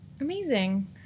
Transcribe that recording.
amazing